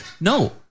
no